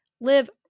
live